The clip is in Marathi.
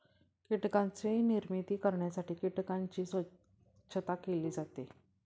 कीटकांची निर्मिती करण्यासाठी कीटकांची स्वच्छता केली जाते